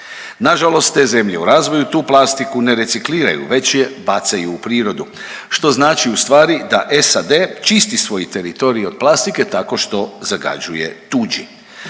Nažalost te zemlje u razvoju tu plastiku ne recikliraju već je bacaju u prirodu što znači u stvari da SAD čisti svoj teritorij od plastike tako što zagađuje tuđi.